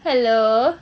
hello